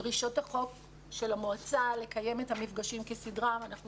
דרישות החוק של המועצה לקיים את המפגשים כסדרם ואנחנו